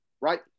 right